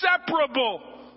inseparable